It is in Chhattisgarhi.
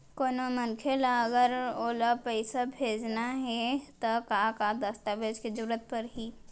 कोनो मनखे ला अगर मोला पइसा भेजना हे ता का का दस्तावेज के जरूरत परही??